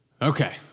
Okay